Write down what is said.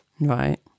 right